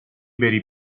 بری